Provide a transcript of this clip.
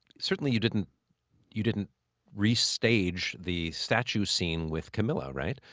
certainly, you didn't you didn't restage the statue scene with kamilah, right?